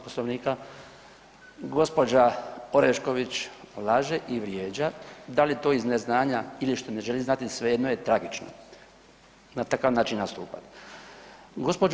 Poslovnika. gđa. Orešković laže i vrijeđa, da li to iz neznanja ili što ne želi znati svejedno je tragično je, na takav način nastupa. gđo.